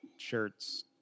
shirts